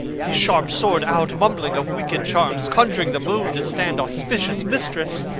his sharp sword out, mumbling of wicked charms, conjuring the moon to stand auspicious mistress